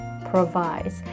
provides